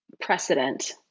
precedent